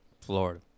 Florida